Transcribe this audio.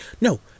No